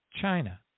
China